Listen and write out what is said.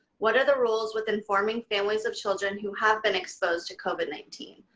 what are the rules with informing families of children who have been exposed to covid nineteen?